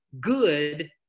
good